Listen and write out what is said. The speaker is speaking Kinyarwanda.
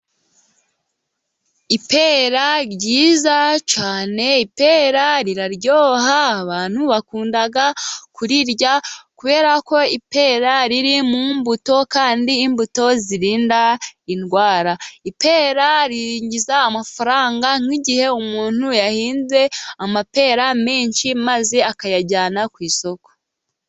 Ipera ryiza cyane ipera riraryoha abantu bakunda kurirya, kuberako ipera riri mu mbuto kandi imbuto zirinda indwara. Ipera ryinjiza amafaranga nk'igihe umuntu yahinze amapera menshi maze akayajyana ku isoko.